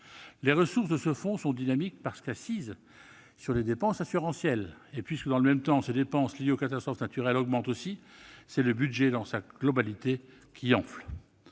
Les ressources de ce fonds sont dynamiques, parce qu'assises sur les dépenses assurantielles. Et puisque, dans le même temps, les dépenses liées aux catastrophes naturelles augmentent aussi, c'est le budget dans sa globalité qui enfle.